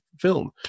film